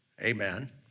Amen